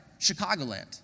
Chicagoland